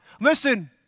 Listen